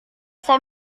saya